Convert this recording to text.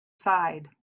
side